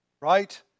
right